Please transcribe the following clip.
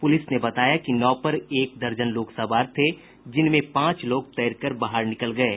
police ने बताया कि नाव पर एक दर्जन लोग सवार थे जिनमें पांच लोग तैरकर बाहर निकल गये